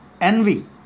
Envy